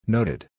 Noted